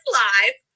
live